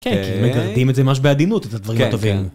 כן, כי מגרדים את זה ממש בעדינות, את הדברים הטובים.